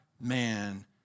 man